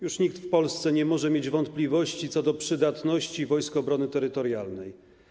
Już nikt w Polsce nie może mieć wątpliwości co do przydatności Wojsk Obrony Terytorialnej.